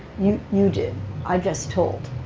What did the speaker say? you you did. i just told.